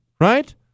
right